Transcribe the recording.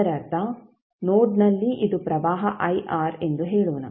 ಇದರರ್ಥ ನೋಡ್ನಲ್ಲಿ ಇದು ಪ್ರವಾಹ ಎಂದು ಹೇಳೋಣ